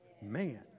Man